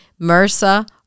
MRSA